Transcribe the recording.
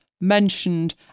mentioned